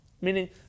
Meaning